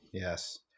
Yes